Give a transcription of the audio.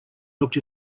looked